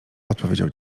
odpowiedział